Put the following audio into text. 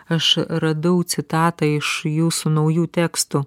aš radau citatą iš jūsų naujų tekstų